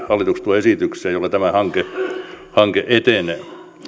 hallitus tuo esityksiä joilla tämä hanke hanke etenee